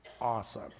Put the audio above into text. awesome